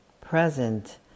present